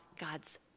God's